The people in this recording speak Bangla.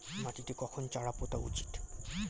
মাটিতে কখন চারা পোতা উচিৎ?